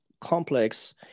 complex